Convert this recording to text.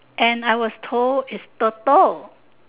and I was told is turtle